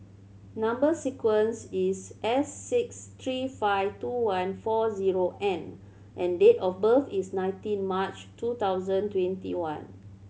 number sequence is S six three five two one four zero N and date of birth is nineteen March two thousand twenty one